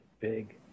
big